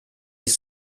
ich